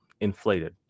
inflated